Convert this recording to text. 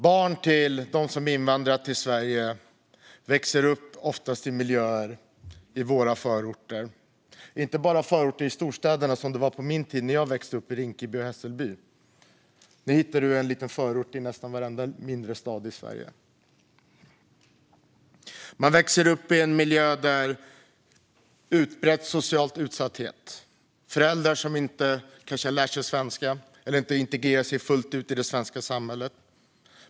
Barn till dem som invandrat till Sverige växer oftast upp i våra förorter och inte bara förorter i storstäderna, som det var på min tid när jag växte upp i Rinkeby och Hässelby. Nu hittar du en liten förort i nästan varenda mindre stad i Sverige. Man växer upp i en miljö med en utbredd social utsatthet och med föräldrar som kanske inte lär sig svenska eller inte integrerar sig fullt ut i det svenska samhället.